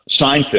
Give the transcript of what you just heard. Seinfeld